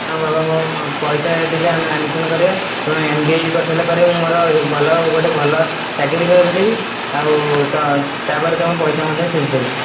ହଁ ବାବା ମୋ ପଇସା ଦେଲେ ଆଡ଼୍ମିସନ୍ କରିବା ତୁମେ ଏମ୍ ବି ଏ କରି ସାରିଲା ପରେ ମୋର ଗୋଟେ ଭଲ ଗୋଟେ ଭଲ ଚାକିରି କରିଦେବି ଆଉ ତ ତା'ପରେ ତୁମ ପଇସା ମଧ୍ୟ ସୁଝିଦେବି